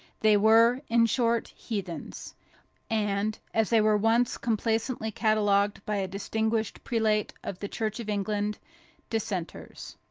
they were, in short, heathens and as they were once complacently catalogued by a distinguished prelate of the church of england dissenters.